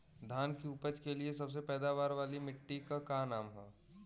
धान की उपज के लिए सबसे पैदावार वाली मिट्टी क का नाम ह?